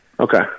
Okay